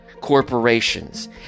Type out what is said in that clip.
corporations